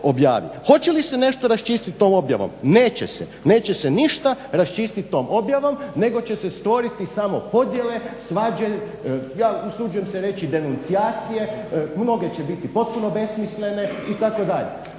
Hoće li se nešto raščistiti tom objavom? Neće se, neće se ništa raščistiti tom objavom nego će se stvoriti samo podjele, svađe ja se usuđujem se reći … mnoge će biti potpuno besmislene itd.